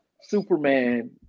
Superman